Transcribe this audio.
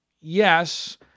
Yes